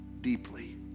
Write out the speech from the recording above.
deeply